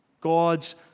God's